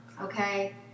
Okay